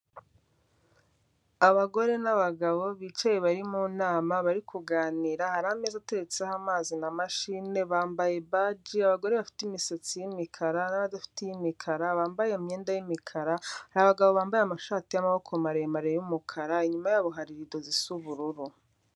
Abagore n'abagabo bicaye bari mu nama bari kuganira, hari ameza atetseho amazi na mashine bambaye baje, abagore bafite imisatsi y'imikara, hari n'abadafite iy'mikara bambaye imyenda y'imikara, hari abagabo bambaye amashati y'amaboko maremare y'umukara, inyuma yabo hari riido zisa ubururu.